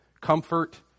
comfort